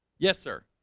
yes, sir